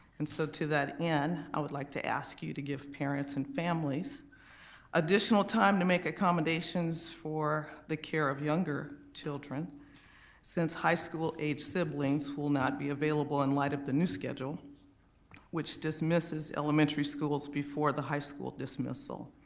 and so to that end, i would like to ask you to give parents and families additional time to make accommodations for the care of younger children since high school age siblings will not be available in light of the new schedule which dismisses elementary schools before the high school dismissal.